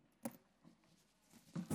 גברתי היושבת-ראש,